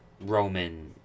Roman